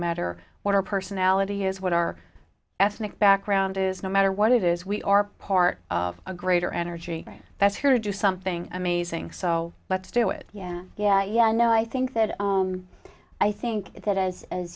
matter what our personality is what our ethnic background is no matter what it is we are part of a greater energy that's here to do something amazing so let's do it yeah yeah yeah no i think that i think that as as